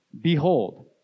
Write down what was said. Behold